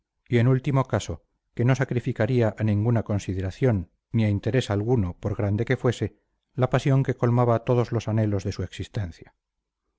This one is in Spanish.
y en último caso que no sacrificaría a ninguna consideración ni a interés alguno por grande que fuese la pasión que colmaba todos los anhelos de su existencia